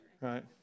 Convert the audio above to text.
right